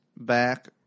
back